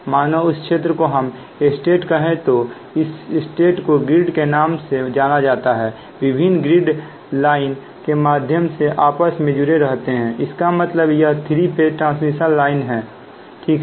मानो इस क्षेत्र को हम स्टेट कहें तो इस स्टेट को ग्रीड के नाम से जाना जाता है विभिन्न ग्रिड टाई लाइन के माध्यम से आपस में जुड़े रहते हैं इसका मतलब यह 3 फेज ट्रांसमिशन लाइन है ठीक है